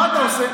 מה אתה עושה?